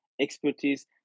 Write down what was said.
expertise